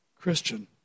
Christian